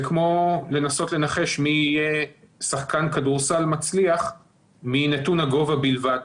זה כמו לנסות לנחש מי יהיה שחקן כדורסל מצליח מנתון הגובה בלבד.